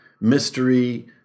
mystery